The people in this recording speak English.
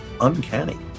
uncanny